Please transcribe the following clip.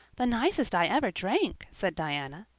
the nicest i ever drank, said diana.